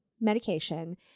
medication